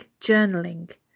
journaling